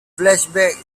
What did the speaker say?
flashback